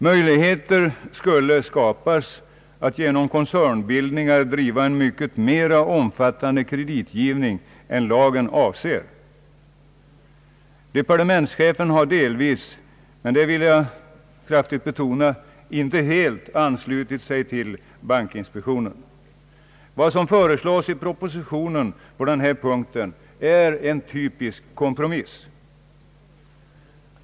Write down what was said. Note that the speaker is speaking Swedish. Möjligheter skulle skapas att genom koncernbildningar driva en mycket mera omfattande kreditgivning än lagen avser. Departementschefen har delvis men — det vill jag kraftigt betona — inte helt anslutit sig till bankinspektionen. Vad som föreslås i propositionen på denna punkt är en typisk kompromiss.